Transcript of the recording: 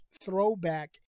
throwback